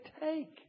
take